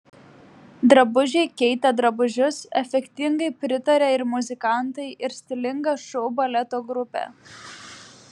drabužiai keitė drabužius efektingai pritarė ir muzikantai ir stilinga šou baleto grupė